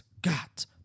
Got